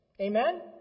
Amen